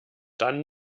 dann